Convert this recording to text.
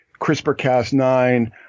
CRISPR-Cas9